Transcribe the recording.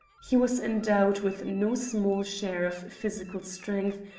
he was endowed with no small share of physical strength,